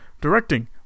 directing